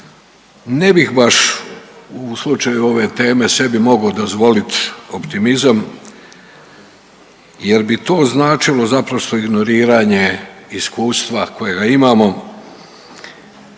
ne bih baš u slučaju ove teme sebi mogao dozvoliti optimizam jer bi to značilo zaprosto ignoriranje iskustava kojega imamo